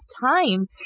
time